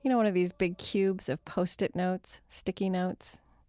you know one of these big cubes of post-it notes, sticky notes,